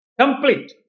complete